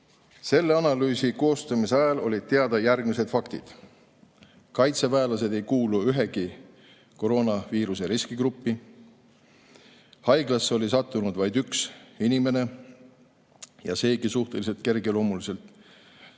Selle analüüsi koostamise ajal olid teada järgmised faktid. Kaitseväelased ei kuulu ühtegi koroonaviiruse riskigruppi. Haiglasse oli sattunud vaid üks inimene ja seegi suhteliselt kergelt